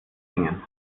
hängen